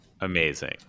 Amazing